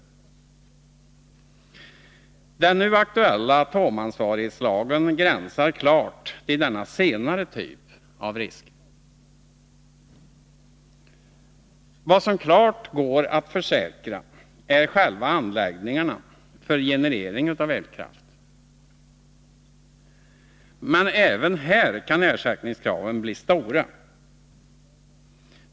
Nr 49 Den nu aktuella atomansvarigheten gränsar klart till den senare typen av Tisdagen den risker. Vad som klart går att försäkra är själva anläggningarna för generering 14 december 1982 av elkraft. Men även här kan ersättningskraven bli stora.